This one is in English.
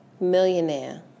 millionaire